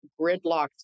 gridlocked